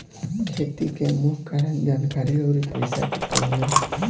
खेती के मुख्य कारन जानकारी अउरी पईसा के कमी बा